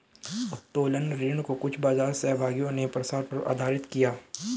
उत्तोलन ऋण को कुछ बाजार सहभागियों ने प्रसार पर आधारित किया